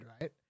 right